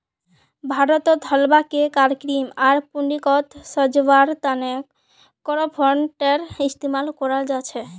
भारतत हलवा, केक आर क्रीम आर पुडिंगक सजव्वार त न कडपहनटेर इस्तमाल कराल जा छेक